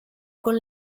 con